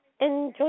enjoy